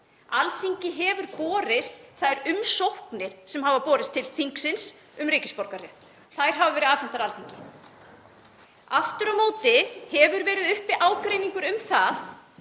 Alþingi hafa borist þær umsóknir sem hafa borist til þingsins um ríkisborgararétt. Þær hafa verið afhentar Alþingi. Aftur á móti hefur verið uppi ágreiningur um það